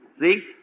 See